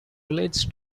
relates